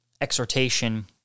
exhortation